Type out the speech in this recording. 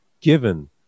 given